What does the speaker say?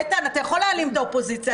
איתן, אתה יכול להעלים את האופוזיציה.